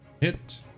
Hit